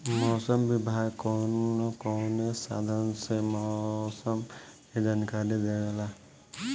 मौसम विभाग कौन कौने साधन से मोसम के जानकारी देवेला?